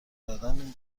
دادن